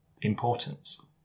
importance